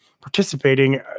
participating